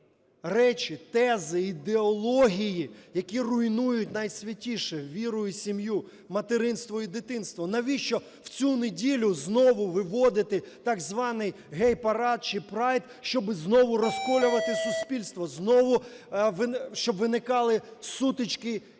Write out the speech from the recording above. речі, тези, ідеології, які руйнують найсвятіше – віру і сім'ю, материнство і дитинство? Навіщо в цю неділю знову виводити так званий гей-парад чи прайд, щоб знову розколювати суспільство, знову щоб виникали сутички і